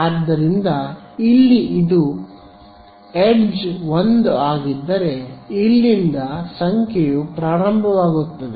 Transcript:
ಆದ್ದರಿಂದ ಇಲ್ಲಿ ಇದು ಇದು ಎಡ್ಜ್ 1 ಆಗಿದ್ದರೆ ಇಲ್ಲಿಂದ ಸಂಖ್ಯೆಯು ಪ್ರಾರಂಭವಾಗುತ್ತದೆ